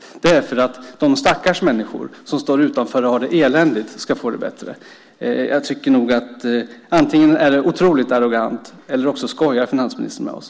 Det görs alltså därför att de stackars människor som står utanför och har det eländigt ska få det bättre. Antingen är detta otroligt arrogant eller så skojar finansministern med oss.